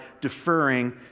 deferring